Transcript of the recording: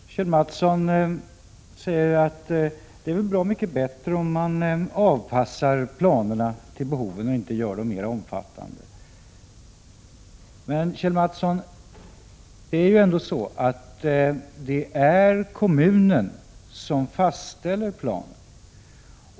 Herr talman! Kjell Mattsson säger att det är väl mycket bättre om man avpassar planerna till behoven och inte gör dem mera omfattande. Men, Kjell Mattsson, det är ändå kommunen som fastställer planen.